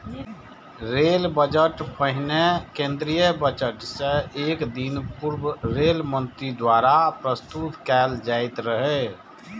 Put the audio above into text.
rail budget पहिने केंद्रीय budget सं एक दिन पूर्व रेल मंत्री द्वारा प्रस्तुत कैल जाइत रहै